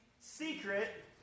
secret